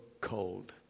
cold